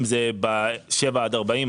אם זה בשבעה עד 40 קילומטר,